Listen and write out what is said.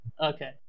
Okay